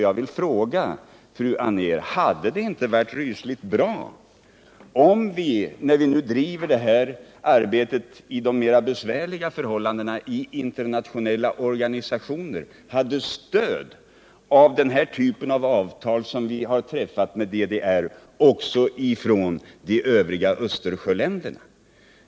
Jag vill fråga Kerstin Anér: Hade det inte varit bra, om vi — när vi bedriver arbetet under de mera besvärliga förhållandena i internationella organisationer — hade haft stöd av den typen av avtal också med de övriga Östersjöländerna som det vi träffade med DDR?